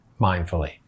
mindfully